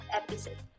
episode